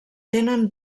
tenen